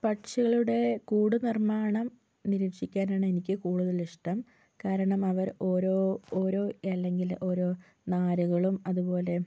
പക്ഷികളുടെ കൂട് നിർമ്മാണം നിരീക്ഷിക്കാനാണ് എനിക്ക് കൂടുതലിഷ്ട്ടം കാരണം അവർ ഓരോ ഓരോ ഇലങ്ങില് ഓരോ നാരുകളും അതുപോലെ